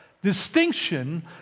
Distinction